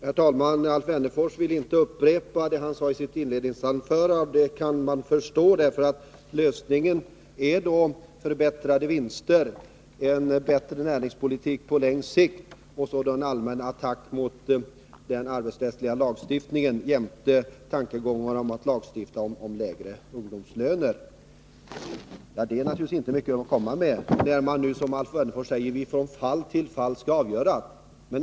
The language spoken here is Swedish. Herr talman! Alf Wennerfors vill inte upprepa det han sade i sitt inledningsanförande. Det kan man förstå, för lösningen är förbättrade vinster, en bättre näringspolitik på längre sikt och så en allmän attack på den arbetsrättsliga lagstiftningen jämte tankegångar om att lagstifta om lägre ungdomslöner. Det är inte mycket att komma med när man från fall till fall skall avgöra.